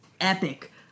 epic